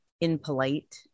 impolite